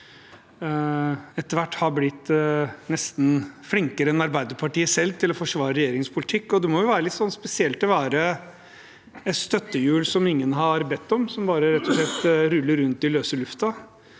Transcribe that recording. etter hvert har blitt nesten flinkere enn Arbeiderpartiet selv til å forsvare regjeringens politikk. Det må jo være litt spesielt å være et støttehjul som ingen har bedt om, som bare ruller rundt i løse luften,